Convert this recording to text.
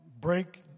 break